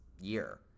year